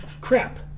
crap